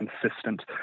consistent